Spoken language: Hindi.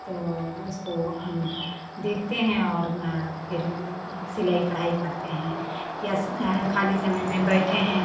तो उसको हम देखते हैं और फिर वो सिलाई कढ़ाई करते हैं या खाली समय में बैठे हैं